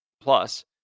plus